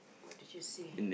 what did you see